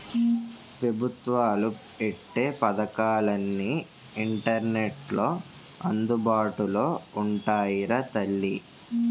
పెబుత్వాలు ఎట్టే పదకాలన్నీ ఇంటర్నెట్లో అందుబాటులో ఉంటాయిరా తల్లీ